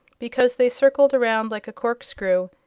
because they circled around like a cork-screw,